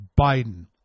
Biden